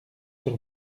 sur